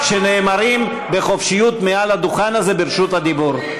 שנאמרים בחופשיות מעל הדוכן הזה ברשות הדיבור.